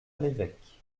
l’évêque